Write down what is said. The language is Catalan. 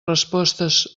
respostes